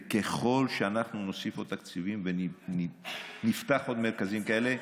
ככל שאנחנו נוסיף עוד תקציבים ונפתח עוד מרכזים כאלה,